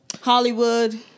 Hollywood